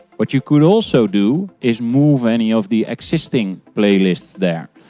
what you could also do is move any of the existing playlists there.